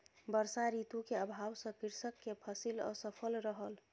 वर्षा ऋतू के अभाव सॅ कृषक के फसिल असफल रहल